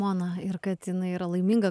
moną ir kad jinai yra laiminga